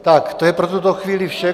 Tak, to je pro tuto chvíli vše...